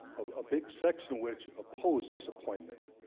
of a big section which opposed this appointment